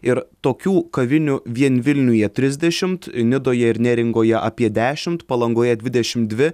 ir tokių kavinių vien vilniuje trisdešimt nidoje ir neringoje apie dešimt palangoje dvidešimt dvi